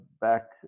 back